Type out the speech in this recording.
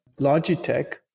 Logitech